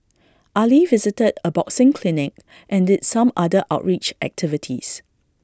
Ali visited A boxing clinic and did some other outreach activities